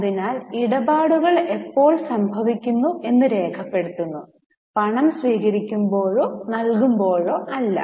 അതിനാൽ ഇടപാടുകൾ എപ്പോൾ സംഭവിക്കുന്നു എന്ന് രേഖപ്പെടുത്തുന്നു പണം സ്വീകരിക്കുമ്പോഴോ നൽകുമ്പോഴോ അല്ല